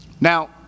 Now